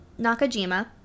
Nakajima